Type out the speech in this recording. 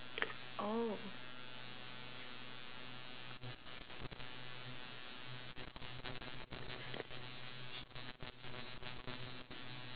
oh